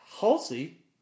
Halsey